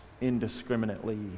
indiscriminately